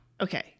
Okay